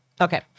Okay